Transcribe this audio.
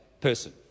person